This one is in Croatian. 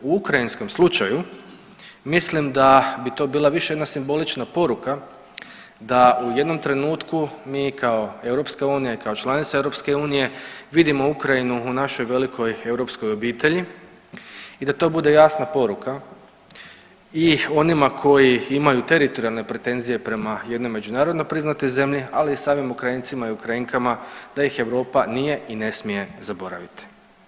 U ukrajinskom slučaju mislim da bi to bila više jedna simbolična poruka da u jednom trenutku mi kao EU i kao članica EU vidimo Ukrajinu u našoj velikoj europskoj obitelji i da to bude jasna poruka i onima koji imaju teritorijalne pretenzije prema jednoj međunarodnoj priznatoj zemlji, ali i samim Ukrajincima i Ukrajinkama da ih Europa nije i ne smije zaboraviti.